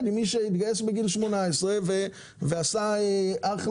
עם מי שהתגייס בגיל 18 ועשה אחלה,